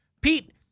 Pete